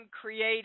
creating